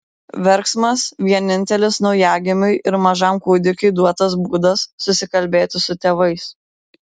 verksmas vienintelis naujagimiui ir mažam kūdikiui duotas būdas susikalbėti su tėvais